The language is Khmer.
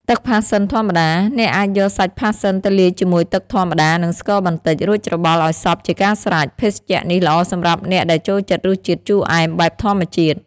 ទឹកផាសសិនធម្មតា អ្នកអាចយកសាច់ផាសសិនទៅលាយជាមួយទឹកធម្មតា និងស្ករបន្តិច រួចច្របល់ឲ្យសព្វជាការស្រេច។ ភេសជ្ជៈនេះល្អសម្រាប់អ្នកដែលចូលចិត្តរសជាតិជូរអែមបែបធម្មជាតិ។